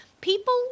people